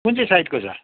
कुन चाहिँ साइडको छ